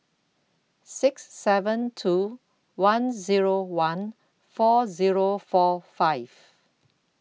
six seven two one Zero one four Zero four five